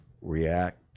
react